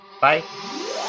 Bye